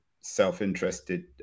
self-interested